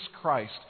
Christ